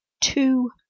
two